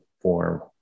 form